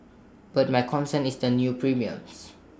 but my concern is the new premiums